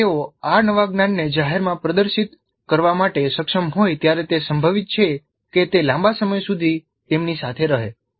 જ્યારે તેઓ આ નવા જ્ઞાનને જાહેરમાં પ્રદર્શિત કરવા માટે સક્ષમ હોય ત્યારે તે સંભવિત છે કે તે લાંબા સમય સુધી તેમની સાથે રહે